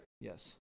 Yes